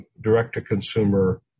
direct-to-consumer